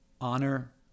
honor